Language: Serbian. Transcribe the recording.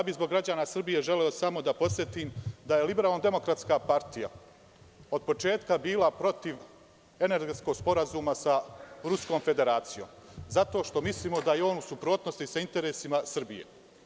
Zbog građana Srbije bih želeo samo da podsetim da je LDP od početka bila protiv Energetskog sporazuma sa Ruskom Federacijom, zato što mislimo da je on u suprotnosti sa interesima Srbije.